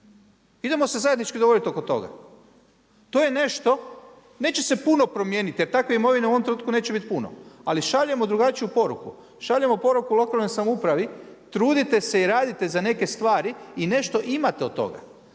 Idemo se zajednički dogovoriti oko toga. To je nešto, neće se puno promijeniti jer takve imovine u ovom trenutku neće biti puno, ali šaljemo drugačiju poruku, šaljemo poruku lokalnoj samoupravi, trudite se i radite za neke stvari i nešto imate od toga.